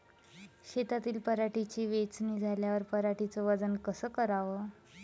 शेतातील पराटीची वेचनी झाल्यावर पराटीचं वजन कस कराव?